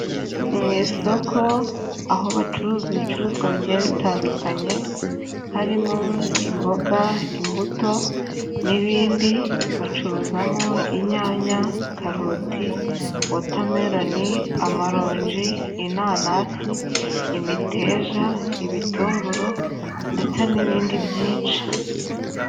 Mu isoko aho bacuruza ibicuruzwa bigiye bitandukanye harimo imboga, imbuto n'ibindi, bacuruzamo inyanya, karoti, wotameroni, amaronji, inanasi, imiteja, ibitunguru ndetse n'ibindi byinshi.